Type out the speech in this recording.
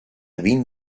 vint